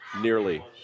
nearly